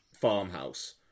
farmhouse